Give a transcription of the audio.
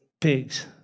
pigs